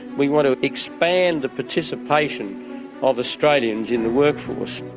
we want to expand the participation of australians in the workforce.